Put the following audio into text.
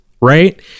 Right